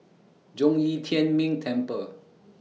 Zhong Yi Tian Ming Temple